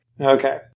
Okay